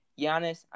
Giannis